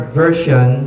version